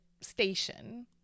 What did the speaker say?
station